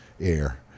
air